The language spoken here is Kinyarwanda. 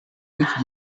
w’iki